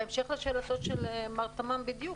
בהמשך לשאלתו של מר תמאם בדיוק,